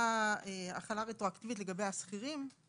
כשנעשתה החלה רטרואקטיבית לגבי השכירים,